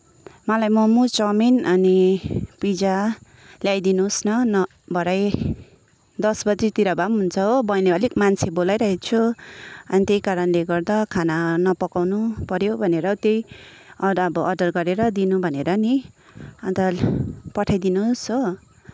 मलाई मोमो चाउमिन अनि पिज्जा ल्याइदिनुहोस् न भरे दस बटीतिर भए पनि हुन्छ हो बहिनी अलिक मान्छे बोलाइ रहेको छु अनि त्यही कारणले गर्दा खाना नपकाउनु पऱ्यो भनेर त्यही अर्डर अब अर्डर गरेर दिनु भनेर नि अन्त पठाइ दिनुहोस् हो